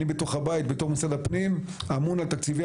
אני בתוך הבית בתור משרד הפנים אמון על תקציבי